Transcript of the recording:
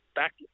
back